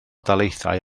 daleithiau